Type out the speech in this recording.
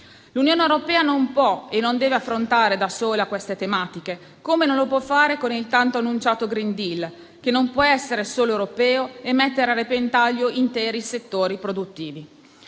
L'Unione europea non può e non deve affrontare da sola a queste tematiche, come non lo può fare con il tanto annunciato *green deal*, che non può essere solo europeo e mettere a repentaglio interi settori produttivi.